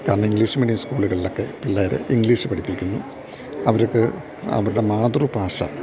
കാരണം English medium സ്കൂളുകളിലൊക്കെ പിള്ളേരെ ഇംഗ്ലീഷ് പഠിപ്പിക്കുന്നു അവര്ക്ക് അവരുടെ മാതൃഭാഷ